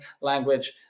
language